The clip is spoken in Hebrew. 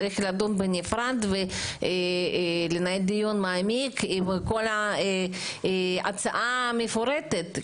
צריך לדון בנפרד ולנהל דיון מעמיק עם הצעה מפורטת.